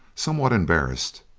somewhat embarrassed,